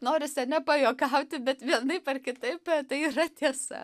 noris ane pajuokauti bet vienaip ar kitaip tai yra tiesa